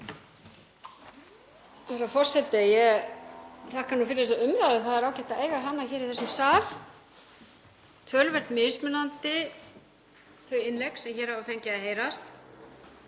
Virðulegur forseti. Ég þakka fyrir þessa umræðu, það er ágætt að eiga hana í þessum sal. Töluvert mismunandi þau innlegg sem hér hafa fengið að heyrast;